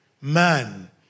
man